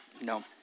no